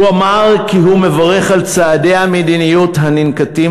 הוא אמר כי הוא מברך על צעדי המדיניות הננקטים